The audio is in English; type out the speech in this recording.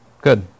good